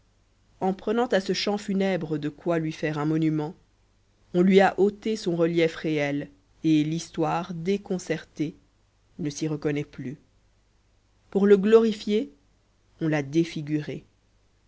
en prenant à ce champ funèbre de quoi lui faire un monument on lui a ôté son relief réel et l'histoire déconcertée ne s'y reconnaît plus pour le glorifier on l'a défiguré